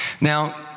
Now